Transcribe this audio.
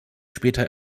später